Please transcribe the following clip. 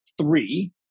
three